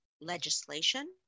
legislation